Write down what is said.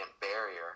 barrier